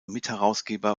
mitherausgeber